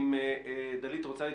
אם דלית רוצה להתייחס,